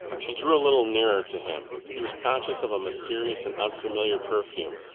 she drew a little nearer to him. he was conscious of a mysterious and unfamiliar perfume,